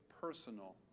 personal